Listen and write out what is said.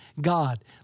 God